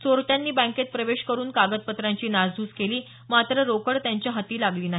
चोरट्यांनी बँकेत प्रवेश करुन कागदपत्रांची नासधूस केली मात्र रोकड त्यांच्या हाती लागली नाही